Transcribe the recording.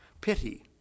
Pity